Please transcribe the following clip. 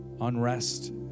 unrest